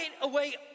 away